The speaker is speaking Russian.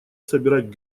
собирать